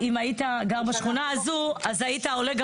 אם היית גר בשכונה הזו אז היית עולה גם